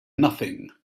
nothing